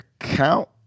account